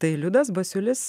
tai liudas basiulis